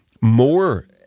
more